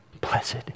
Blessed